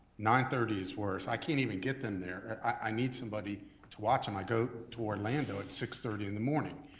nine thirty is worse. i can't even get them there, i need somebody to watch them. i go to orlando at six thirty in the morning.